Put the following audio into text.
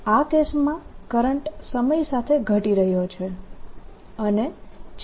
આ કેસમાં કરંટ સમય સાથે ઘટી રહ્યો છે અને છેવટે શૂન્ય પર જઈ રહ્યો છે